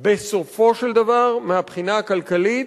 בסופו של דבר, מהבחינה הכלכלית